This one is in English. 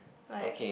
like